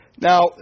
Now